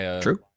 True